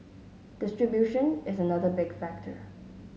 distribution is another big factor